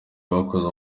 bakoze